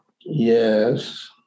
Yes